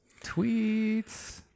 Tweets